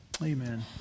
Amen